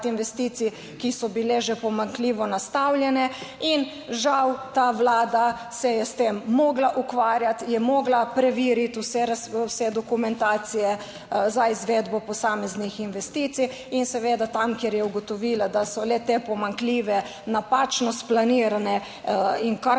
investicij, ki so bile že pomanjkljivo nastavljene in žal ta Vlada se je s tem morala ukvarjati, je mogla preveriti vse dokumentacije za izvedbo posameznih investicij in seveda tam, kjer je ugotovila, da so le te pomanjkljive, napačno splanirane in